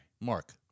Mark